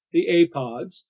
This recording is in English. the apods,